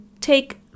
take